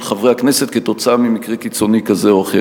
חברי הכנסת בגלל מקרה קיצוני כזה או אחר.